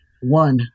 One